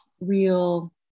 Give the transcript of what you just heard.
real